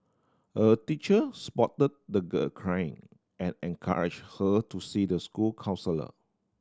a teacher spotted the girl crying and encouraged her to see the school counsellor